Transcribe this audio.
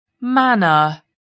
manner